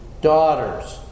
daughters